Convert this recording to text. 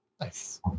nice